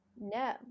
no